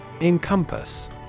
Encompass